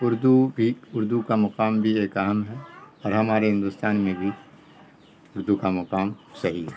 اردو بھی اردو کا مقام بھی ایک اہم ہے اور ہمارے ہندوستان میں بھی اردو کا مقام صحیح ہے